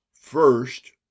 First